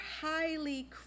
highly